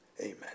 Amen